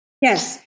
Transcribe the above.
Yes